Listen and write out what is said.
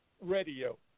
radio